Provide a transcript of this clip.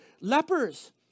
lepers